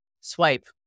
swipe